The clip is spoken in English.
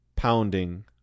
pounding